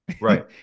Right